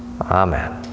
Amen